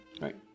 right